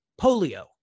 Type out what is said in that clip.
polio